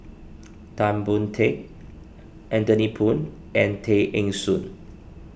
Tan Boon Teik Anthony Poon and Tay Eng Soon